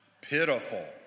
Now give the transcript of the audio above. Pitiful